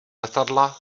letadla